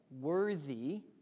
Worthy